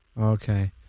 Okay